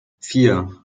vier